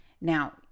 Now